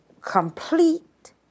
complete